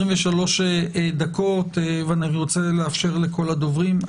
אני רוצה לאפשר לכל הדוברים לדבר,